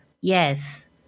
Yes